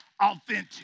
authentic